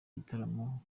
gitaramo